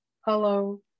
hello